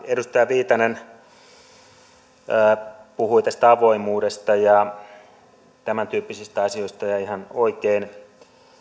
edustaja viitanen puhui tästä avoimuudesta ja tämäntyyppisistä asioista ja ihan oikein